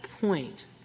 point